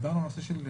דיברנו על החריגים.